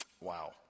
Wow